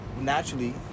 Naturally